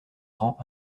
rangs